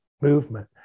movement